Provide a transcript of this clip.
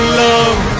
love